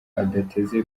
adateze